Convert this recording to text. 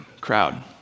crowd